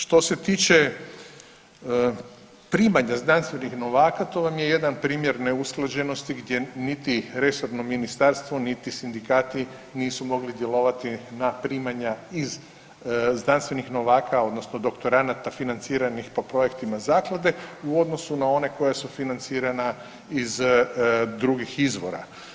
Što se tiče primanja znanstvenih novaka to vam je jedan primjer neusklađenosti gdje niti resorno ministarstvo, niti sindikati nisu mogli djelovati na primanja iz, znanstvenih novaka odnosno doktoranata financiranih po projektima zaklade u odnosu na one koja su financirana iz drugih izvora.